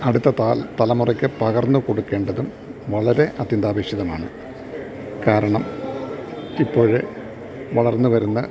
അടുത്ത തലമുറയ്ക്ക് പകർന്നു കൊടുക്കേണ്ടതും വളരെ അത്യന്താപേക്ഷിതമാണ് കാരണം ഇപ്പോള് വളർന്നുവരുന്ന